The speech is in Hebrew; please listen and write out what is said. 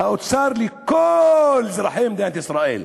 האוצר של כל אזרחי מדינת ישראל,